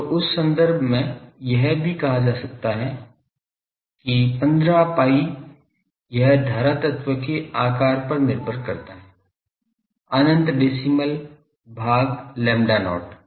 तो उस संदर्भ में यह भी कहा जा सकता है कि 15 pi यह धारा तत्व के आकार पर निर्भर करता है अनंत डेसीमल भाग lambda not